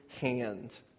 hand